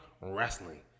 wrestling